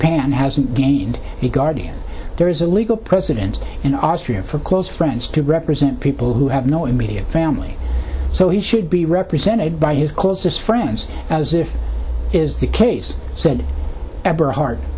pan hasn't gained a guardian there is a legal precedent in austria for close friends to represent people who have no immediate family so he should be represented by his closest friends as if he is the case said